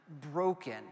broken